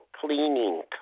cleaning